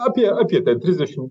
apie apie ten trisdešim